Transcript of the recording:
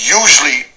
usually